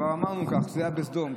כבר אמרנו שכך היה בסדום,